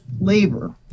labor